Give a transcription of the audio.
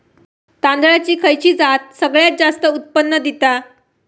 तांदळाची खयची जात सगळयात जास्त उत्पन्न दिता?